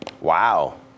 Wow